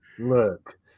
Look